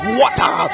water